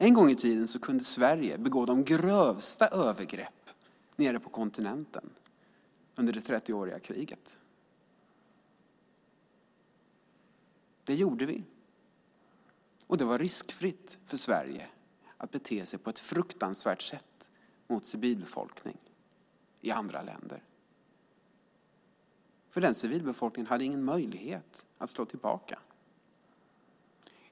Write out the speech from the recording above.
En gång i tiden kunde Sverige begå de grövsta övergrepp nere på kontinenten, under 30-åriga kriget. Det gjorde vi, och det var riskfritt för Sverige att bete sig på ett fruktansvärt sätt mot civilbefolkningen i andra länder, för den civilbefolkningen hade ingen möjlighet att slå tillbaka.